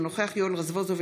אינו נוכח יואל רזבוזוב,